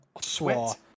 Sweat